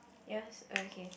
yours is oh okay